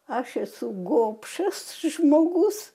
aš esu gobšas žmogus